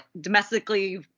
domestically